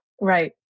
Right